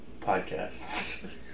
podcasts